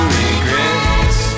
regrets